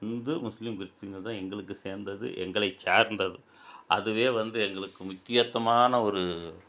இந்து முஸ்லீம் கிறிஸ்டின்ங்கிறதுதான் எங்களுக்கு சேர்ந்தது எங்களை சார்ந்தது அதுவே வந்து எங்களுக்கு முக்கியத்தமான ஒரு